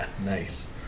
Nice